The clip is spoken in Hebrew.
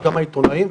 גם העיתונאים,